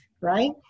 right